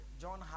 John